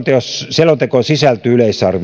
selontekoon sisältyy